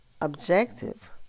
objective